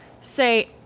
say